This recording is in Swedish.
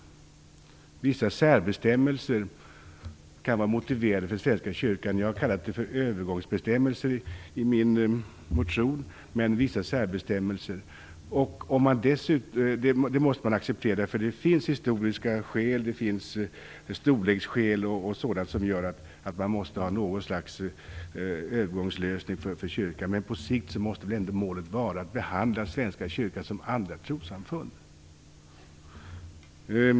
Vissa särbestämmelser kan kanske vara motiverade för Svenska kyrkan. Jag har kallat dem för övergångsbestämmelser i min motion. Det måste man acceptera, eftersom det finns historiska skäl, storleksskäl m.m. som gör att man måste ha något slags övergångslösning för kyrkan. Men på sikt måste väl ändå målet vara att man skall behandla Svenska kyrkan som andra trossamfund?